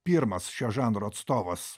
pirmas šio žanro atstovas